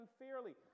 unfairly